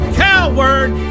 coward